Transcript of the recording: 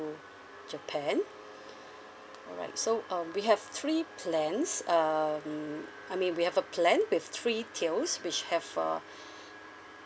japan alright so um we have three plans um I mean we have a plan with three tiers which have uh